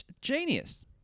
Genius